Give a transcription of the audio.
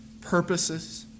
purposes